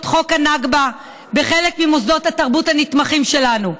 חוק הנכבה בחלק ממוסדות התרבות הנתמכים שלנו.